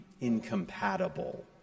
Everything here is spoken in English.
incompatible